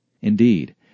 Indeed